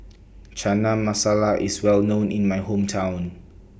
Chana Masala IS Well known in My Hometown